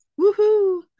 woohoo